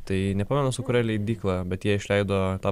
tai nepamenu su kuria leidykla bet jie išleido tą